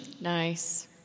Nice